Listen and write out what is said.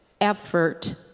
effort